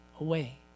away